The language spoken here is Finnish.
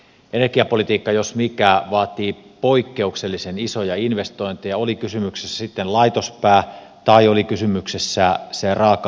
energiapolitiikka jos mikä vaatii poikkeuksellisen isoja investointeja oli kysymyksessä sitten laitospää tai oli kysymyksessä se raaka aineen tuotanto